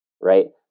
right